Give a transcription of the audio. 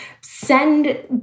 send